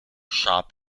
shop